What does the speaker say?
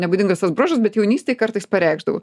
nebūdingas tas bruožas bet jaunystėj kartais pareikšdavau